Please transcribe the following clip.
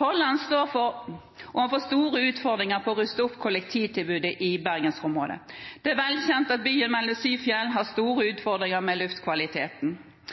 Hordaland står overfor store utfordringer når det gjelder å ruste opp kollektivtilbudet i Bergensområdet. Det er velkjent at byen mellom de syv fjell har store